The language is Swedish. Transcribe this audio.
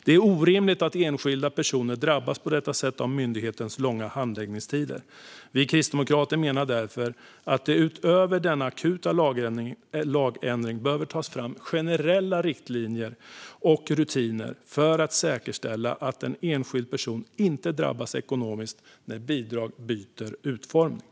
Det är orimligt att enskilda personer drabbas på detta sätt av myndighetens långa handläggningstider. Vi kristdemokrater menar därför att det utöver denna akuta lagändring behöver tas fram generella riktlinjer och rutiner för att säkerställa att en enskild person inte drabbas ekonomiskt när bidrag byter utformning.